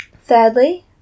thirdly